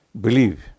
believe